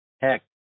heck